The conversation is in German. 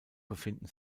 befinden